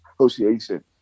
association